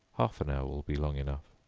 half an hour will be long enough.